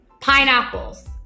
pineapples